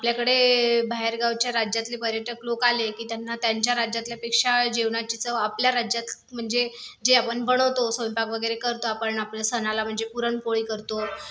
आपल्याकडे बाहेरगावच्या राज्यातले पर्यटक लोकं आले की त्यांना त्यांच्या राज्यातल्यापेक्षा जेवणाची चव आपल्या राज्यात म्हणजे जे आपण बनवतो स्वयंपाक वगैरे करतो आपण आपल्या सणाला म्हणजे पुरण पोळी करतो